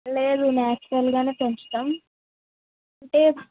లేదు నాచురల్గానే పెంచుతం అంటే